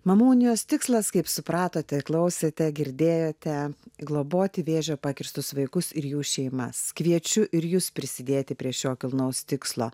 mamų unijos tikslas kaip supratote klausėte girdėjote globoti vėžio pakirstus vaikus ir jų šeimas kviečiu ir jus prisidėti prie šio kilnaus tikslo